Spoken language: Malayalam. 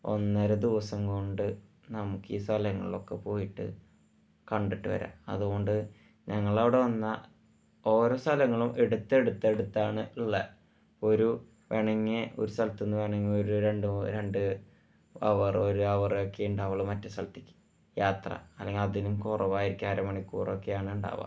ഒന്നര ദിവസം കൊണ്ട് നമുക്ക് ഈ സ്ഥലങ്ങളിലൊക്കെ പോയിട്ട് കണ്ടിട്ട് വരാം അതുകൊണ്ട് ഞങ്ങളുടെ അവിടെ വന്നാൽ ഓരോ സ്ഥലങ്ങളും എടുത്ത് എടുത്ത് എടുത്താണ് ഉള്ളത് ഒരു വേണങ്കിൽ ഒരു സ്ഥലത്ത് നിന്ന് വേണങ്കിൽ ഒരു രണ്ട് മൂന്ന് രണ്ട് ഹവർ ഒരു ഹവറ് ഒക്കെ ഉണ്ടാവുള്ളൂ മറ്റേ സ്ഥലത്തേക്ക് യാത്ര അല്ലെങ്കിൽ അതിലും കുറവായിരിക്കും അരമണിക്കൂറൊക്കെയാണ് ഉണ്ടാവുക